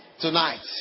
Tonight